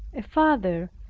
a father,